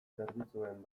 zerbitzuen